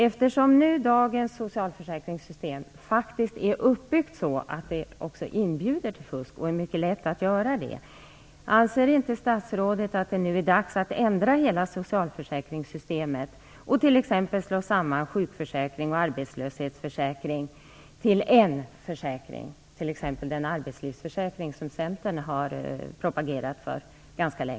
Eftersom dagens socialförsäkringssystem faktiskt är uppbyggt så att det inbjuder till fusk och så att det också är mycket lätt att fuska, anser inte statsrådet att det nu är dags att ändra hela socialförsäkringssystemet och t.ex. slå samman sjukförsäkring och arbetslöshetsförsäkring till en försäkring, t.ex. den arbetslivsförsäkring som Centern ganska länge har propagerat för?